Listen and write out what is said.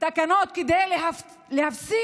תקנות כדי להפסיק